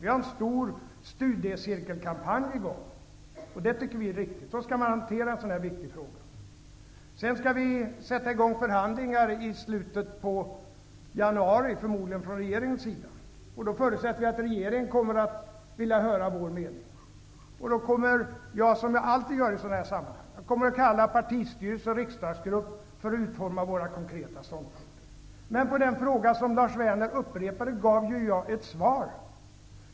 Vi har en stor studiecirkelkampanj i gång, och vi tycker att det är så som man skall hantera en så här viktig fråga. Regeringen skall förmodligen i slutet på januari sätta i gång förhandlingar, och jag förutsätter att regeringen då kommer att vilja höra vår mening. Jag kommer då, som jag alltid gör i sådana här sammanhang, att kalla samman partistyrelse och riksdagsgrupp för att utforma våra konkreta ståndpunkter. På den fråga som Lars Werner upprepade gav jag ett svar.